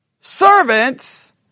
servants